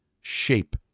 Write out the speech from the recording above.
shape